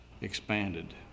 expanded